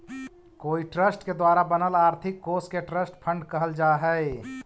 कोई ट्रस्ट के द्वारा बनल आर्थिक कोश के ट्रस्ट फंड कहल जा हई